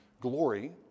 glory